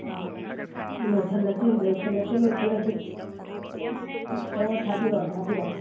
ꯑꯥ ꯂꯣꯏꯁꯜꯂꯁꯦ ꯂꯣꯏꯁꯜꯂꯁꯦ ꯂꯣꯏꯁꯜꯂꯁꯦ ꯍꯣ ꯊꯥꯕꯤꯔꯛꯑꯣ ꯊꯥꯕꯤꯔꯛꯑꯣ